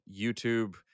YouTube